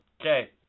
Okay